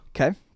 Okay